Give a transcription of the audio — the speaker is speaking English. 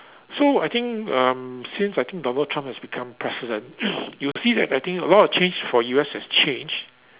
so I think um since I think Donald-Trump has become president you will see that I think a lot of change for U_S has changed